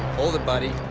hold it, buddy.